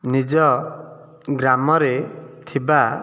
ନିଜ ଗ୍ରାମରେ ଥିବା